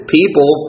people